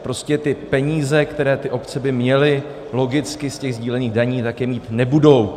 Prostě ty peníze, které ty obce by měly logicky ze sdílených daní, tak je mít nebudou.